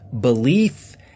belief